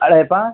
அதில்